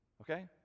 okay